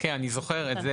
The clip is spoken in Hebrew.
כן, אני זוכר את זה.